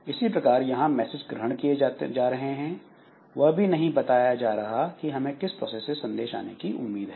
इसी प्रकार जहां मैसेज गृहण किए जा रहे हैं वह भी नहीं बता रहा कि हमें किस प्रोसेस से संदेश आने की उम्मीद है